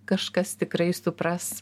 kažkas tikrai supras